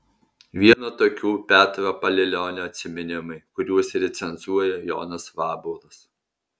viena tokių petro palilionio atsiminimai kuriuos recenzuoja jonas vabuolas